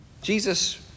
jesus